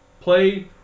Play